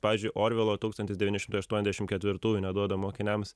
pavyzdžiui orvelo tūkstantis devyni šimtai aštuoniasdešim ketvirtųjų neduoda mokiniams